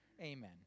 Amen